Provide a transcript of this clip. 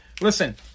Listen